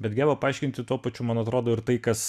bet geba paaiškinti tuo pačiu man atrodo ir tai kas